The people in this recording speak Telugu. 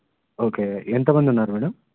ఓకే ఎంతమంది ఉన్నారు మేడమ్